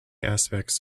aspects